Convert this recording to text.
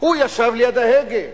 הוא ישב ליד ההגה,